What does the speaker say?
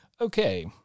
Okay